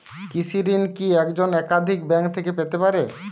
কৃষিঋণ কি একজন একাধিক ব্যাঙ্ক থেকে পেতে পারে?